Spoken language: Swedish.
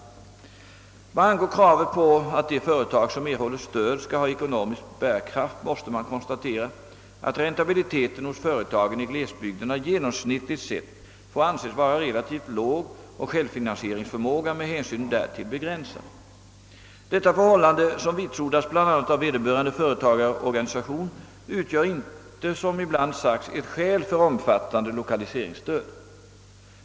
Vad angår kravet på att de företag som erhåller stöd skall ha ekonomisk bärkraft måste man konstatera, att räntabiliteten hos företagen i glesbygderna genomsnittligt sett får anses vara relativt låg, och självfinansieringsförmågan med hänsyn därtill begränsad. Detta förhållande som vitsordats bl.a. av vederbörande företagarorganisation utgör inte, som ibland sagts, ett skäl för omfattande lokaliseringsstöd.